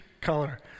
color